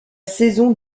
saison